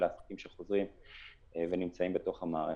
אלא עסקים שחוזרים ונמצאים בתוך המערכת.